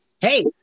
Hey